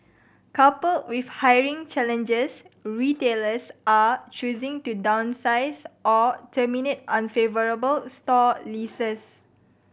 coupled with hiring challenges retailers are choosing to downsize or terminate unfavourable store leases